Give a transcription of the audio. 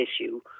issue